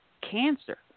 cancer